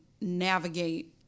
navigate